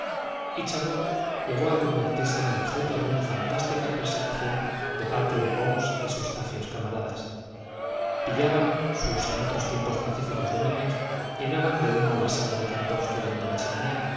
llegó a convertirse en el objeto de una fantástica persecución de parte de bones y sus zafios camaradas pillaban sus en otro tiempo pacíficos dominios llenaban de humo la sala de canto obstruyendo la chimenea